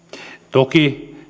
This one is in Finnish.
toki